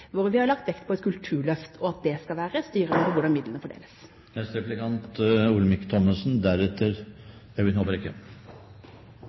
vi har lagt vekt på et kulturløft og at det skal være styrende for hvordan midlene fordeles.